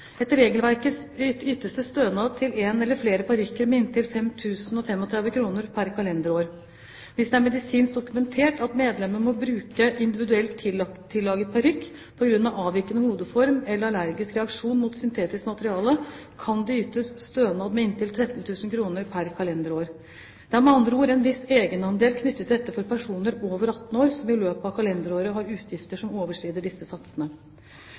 Etter regelverket ytes det stønad til en eller flere parykker med inntil 5 035 kr pr. kalenderår. Hvis det er medisinsk dokumentert at medlemmet må bruke individuelt tillaget parykk på grunn av avvikende hodeform eller allergisk reaksjon mot syntetisk materiale, kan det ytes stønad med inntil 13 000 kr pr. kalenderår. Det er med andre ord en viss egenandel knyttet til dette for personer over 18 år som i løpet av kalenderåret har utgifter som overskrider disse satsene.